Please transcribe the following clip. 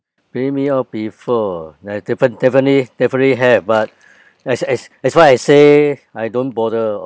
play me up before ah definite~ definitely definitely have but as as as what I say I don't bother